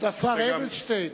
כבוד השר אדלשטיין,